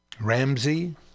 Ramsey